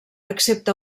excepte